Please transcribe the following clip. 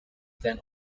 then